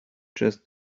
just